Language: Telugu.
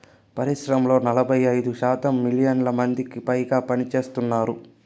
పరిశ్రమల్లో నలభై ఐదు శాతం మిలియన్ల మందికిపైగా పనిచేస్తున్నారు